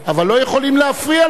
אבל לא יכולים להפריע לו.